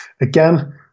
again